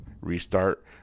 Restart